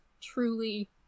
truly